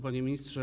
Panie Ministrze!